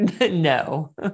no